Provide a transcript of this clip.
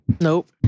Nope